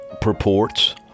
purports